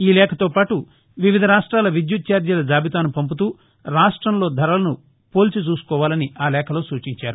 ఈ లేఖతో పాటు వివిధ రాష్టాల విద్యుత్ చార్జీల జాబితాను పంపుతూ రాష్టంలో ధరలను పోల్చి చూసుకోవాలని ఆ లేఖలో సూచించారు